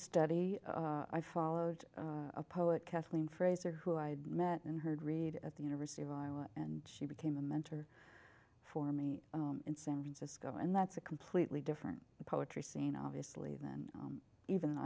study i followed a poet kathleen fraser who i had met and heard read at the university of iowa and she became a mentor for me in san francisco and that's a completely different poetry scene obviously than even